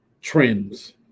trends